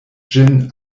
ĝin